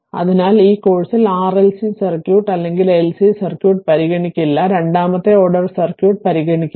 അതിനാൽ ഈ കോഴ്സിൽ RLC സർക്യൂട്ട് അല്ലെങ്കിൽ LC സർക്യൂട്ട് പരിഗണിക്കില്ല രണ്ടാമത്തെ ഓർഡർ സർക്യൂട്ട് പരിഗണിക്കില്ല